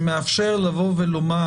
שמאפשר לבוא ולומר: